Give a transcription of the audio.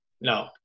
no